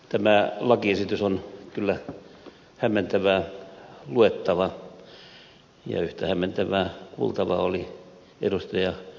tämä lakiesitys on kyllä hämmentävää luettavaa ja yhtä hämmentävää kuultavaa oli ed